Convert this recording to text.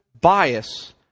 bias